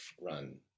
run